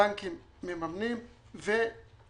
בנקים, מממנים ומקורות.